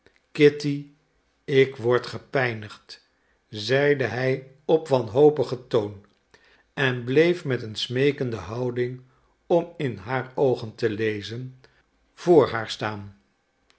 kitty ik word gepijnigd zeide hij op wanhopigen toon en bleef met een smeekende houding om in haar oogen te lezen voor haar staan